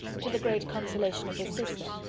to the great consolation of his sister,